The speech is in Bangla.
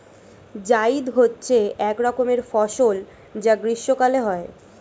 জায়িদ হচ্ছে এক রকমের ফসল যা গ্রীষ্মকালে হয়